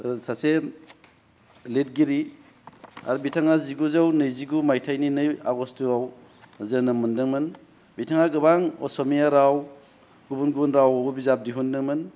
सासे लिरगिरि आरो बिथाङा जिगुजौ नैजिगु मायथाइनि नै आगस्तआव जोनोम मोनदोंमोन बिथाङा गोबां असमिया राव गुबुन गुबुन रावआवबो बिजाब दिहुनदोंमोन